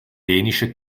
dänische